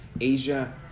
Asia